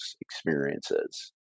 experiences